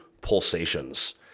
pulsations